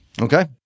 Okay